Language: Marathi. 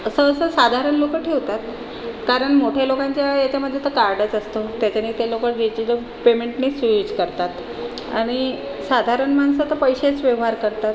असं कसं साधारण लोकं ठेवतात कारण मोठ्या लोकांच्या याच्यामध्ये तर कार्डच असतं त्याच्याने ते लोकं डिजिटल पेमेंटनेच यूज करतात आणि साधारण माणसं तर पैशाचं व्यवहार करतात